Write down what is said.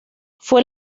fue